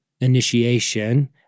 initiation